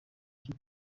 cyo